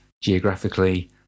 geographically